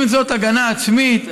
אם זאת הגנה עצמית,